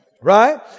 right